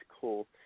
cool